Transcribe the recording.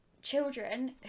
Children